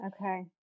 Okay